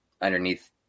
underneath